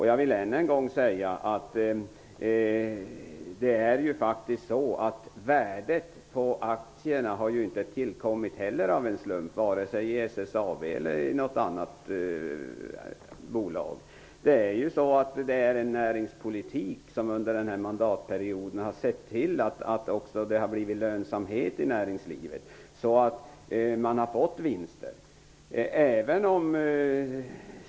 Jag vill än en gång säga att värdet på aktierna har ju inte tillkommit av en slump, vare sig det gäller SSAB eller något annat bolag. Det har bedrivits en näringspolitik under den här mandatperioden som har bidragit till att det har blivit lönsamhet i näringslivet och att man har kunnat göra vinster.